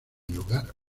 lugar